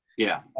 yeah.